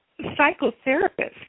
psychotherapist